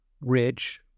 rich